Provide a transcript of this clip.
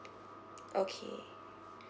okay